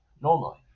normally